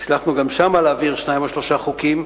הצלחנו גם שם להעביר שניים או שלושה חוקים,